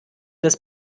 des